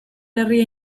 herria